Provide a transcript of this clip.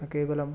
न केवलम्